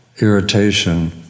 irritation